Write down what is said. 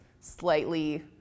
slightly